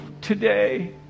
today